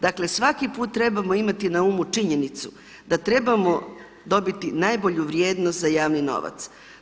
Dakle svaki put trebamo imati na umu činjenicu da trebamo dobiti najbolju vrijednost za javni novac.